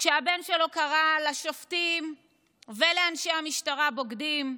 כשהבן שלו קרא לשופטים ולאנשי המשטרה בוגדים,